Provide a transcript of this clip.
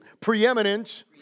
preeminent